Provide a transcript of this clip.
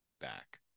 back